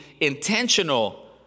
intentional